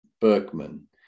berkman